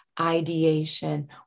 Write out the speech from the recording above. ideation